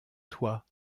toi